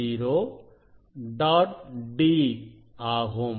d ஆகும்